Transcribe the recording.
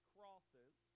Crosses